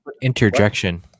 Interjection